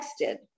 texted